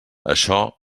això